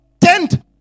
tent